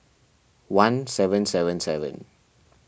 one seven seven seven